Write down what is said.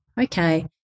okay